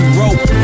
rope